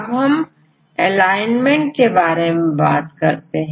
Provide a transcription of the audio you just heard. अब हम एलाइनमेंट के बारे में बात करते हैं